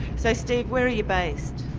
so steve, where are you based?